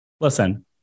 Listen